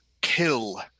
kill